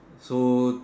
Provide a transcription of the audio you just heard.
so